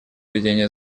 ведения